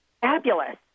Fabulous